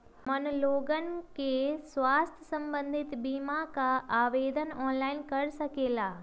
हमन लोगन के स्वास्थ्य संबंधित बिमा का आवेदन ऑनलाइन कर सकेला?